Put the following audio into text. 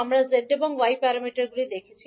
আমরা z এবং y parameter দেখেছি